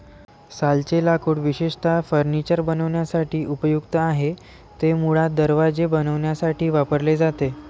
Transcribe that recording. सालचे लाकूड विशेषतः फर्निचर बनवण्यासाठी उपयुक्त आहे, ते मुळात दरवाजे बनवण्यासाठी वापरले जाते